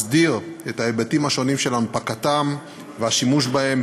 שר הבינוי והשיכון יואב גלנט.